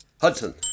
Hudson